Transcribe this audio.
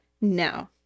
No